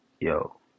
yo